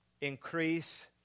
increase